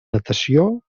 natació